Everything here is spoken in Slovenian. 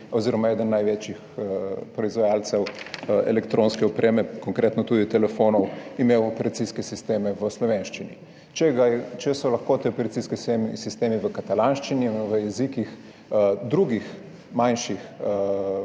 da bo eden največjih proizvajalcev elektronske opreme, konkretno tudi telefonov, imel operacijske sisteme v slovenščini. Če so lahko ti operacijski sistemi v katalonščini, v jezikih drugih manjših